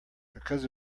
because